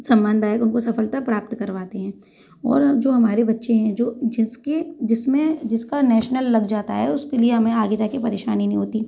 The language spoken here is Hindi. सम्मानदायक उनको सफलता प्राप्त करवाते हैं और अ जो हमारे बच्चे हैं जो जिसके जिसमें जिसका नेशनल लग जाता है उसके लिए हमें आगे जाकर परेशानी नहीं होती